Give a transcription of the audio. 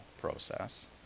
process